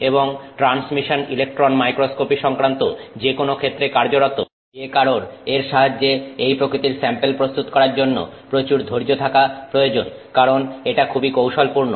এবং transmission electron microscopy সংক্রান্ত যেকোন ক্ষেত্রে কার্যরত যে কারোর এর সাহায্যে এই প্রকৃতির স্যাম্পেল প্রস্তুত করার জন্য প্রচুর ধৈর্য্য থাকা প্রয়োজন কারণ এটা খুবই কৌশলপূর্ণ